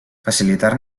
facilitar